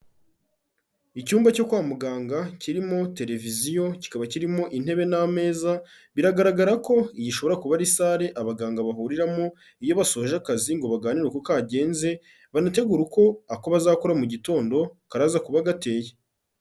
Icyumba cyo kwa muganga kirimo televiziyo, kikaba kirimo intebe n'ameza, biragaragara ko iyi ishobora kuba ari salle abaganga bahuriramo, iyo basoje akazi ngo baganire uko kagenze, banategure uko ako bazakora mu gitondo karaza kuba gateye.